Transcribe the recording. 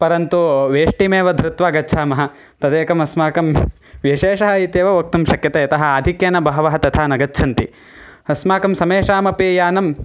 परन्तु वेष्टीमेव धृत्वा गच्छामः तदेकमस्माकं विशेषः इत्येव वक्तुं शक्यते यतः आधिक्येन बहवः तथा न गच्छन्ति अस्माकं समेषामपि यानम्